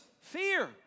fear